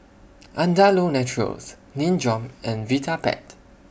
Andalou Naturals Nin Jiom and Vitapet